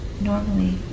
normally